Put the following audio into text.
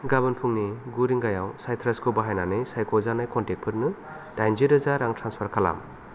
गाबोन फुंनि गु रिंगायाव साइट्रासखौ बाहायनानै सायख'जानाय कनटेक्टफोरनो दाइनजि रोजा रां ट्रेन्सफार खालाम